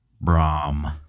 Brahm